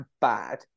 bad